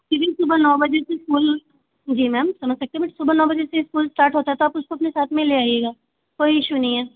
सुबह नौ बजे से स्कूल जी मैम समझ सकती हूँ बट सुबह नौ बजे से स्कूल स्टार्ट होता जाता तो उसको अपने साथ में ले आएइगा कोई इशू नहीं है